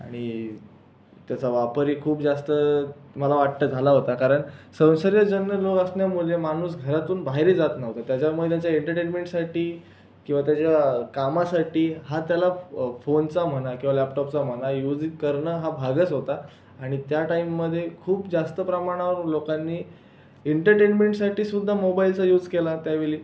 आणि त्याचा वापर ही खूप जास्त मला वाटतं झाला होता कारण संसर्गजन्य रोग असण्यामुळे माणूस घरातून बाहेर ही जात नव्हता त्याच्यामुळे त्यांचे एंटरटेनमेंटसाठी किंवा त्याच्या कामासाठी हा त्याला फोनचा म्हणा किंवा लॅपटॉपचा म्हणा यूज करणं हा भागच होता आणि त्या टाइममध्ये खूप जास्त प्रमाणावर लोकांनी इंटरनेंटमेंटसाठी सुद्धा मोबाइलचा यूज केला त्यावेळी